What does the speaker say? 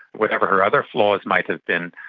whatever her other flaws might have been,